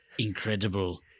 Incredible